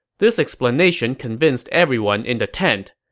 this explanation convinced everyone in the tent.